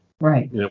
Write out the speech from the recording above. right